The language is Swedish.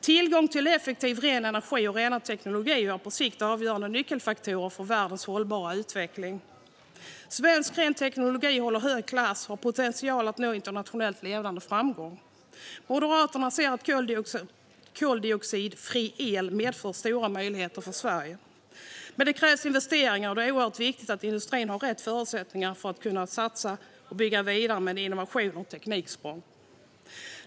Tillgång till effektiv, ren energi och rena teknologier är på sikt avgörande nyckelfaktorer för världens hållbara utveckling. Svensk ren teknologi håller hög klass och har potential att nå internationellt ledande framgång. Moderaterna ser att koldioxidfri el medför stora möjligheter för Sverige. Men det krävs investeringar, och det är oerhört viktigt att industrin har rätt förutsättningar för att kunna satsa och bygga vidare med innovationer och tekniksprång.